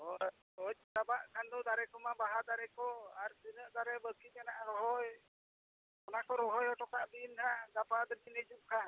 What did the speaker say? ᱦᱳᱭ ᱜᱚᱡ ᱪᱟᱵᱟᱜ ᱠᱟᱱ ᱫᱚ ᱫᱟᱨᱮ ᱠᱚᱢᱟ ᱵᱟᱦᱟ ᱫᱟᱨᱮ ᱠᱚ ᱟᱨ ᱛᱤᱱᱟᱹᱜ ᱫᱟᱨᱮ ᱵᱟᱹᱠᱤ ᱢᱮᱱᱟᱜᱼᱟ ᱨᱚᱦᱚᱭ ᱚᱱᱟ ᱠᱚ ᱨᱚᱦᱚᱭ ᱦᱚᱴᱚ ᱠᱟᱜ ᱵᱤᱱ ᱱᱟᱦᱟᱜ ᱜᱟᱯᱟ ᱠᱚᱛᱮ ᱵᱤᱱ ᱦᱤᱡᱩᱜ ᱠᱷᱟᱱ